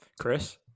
Chris